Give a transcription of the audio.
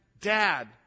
Dad